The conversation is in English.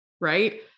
right